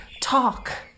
talk